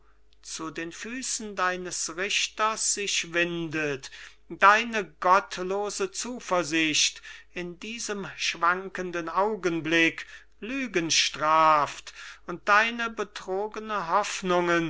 zu den füßen deines richters sich windet deine gottlose zuversicht in diesem schwankenden augenblick lügen straft und deine betrogenen